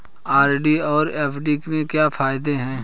RD और FD के क्या फायदे हैं?